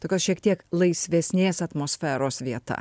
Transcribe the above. tokios šiek tiek laisvesnės atmosferos vieta